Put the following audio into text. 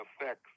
effects